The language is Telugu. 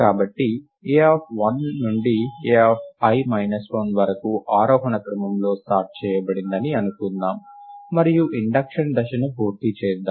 కాబట్టి a1 నుండి ai 1 వరకు ఆరోహణ క్రమంలో సార్ట్ చేయబడిందని అనుకుందాం మరియు ఇండక్షన్ దశను పూర్తి చేద్దాం